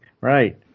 Right